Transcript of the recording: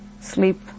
sleep